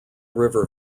river